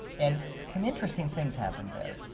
and some interesting things happened there.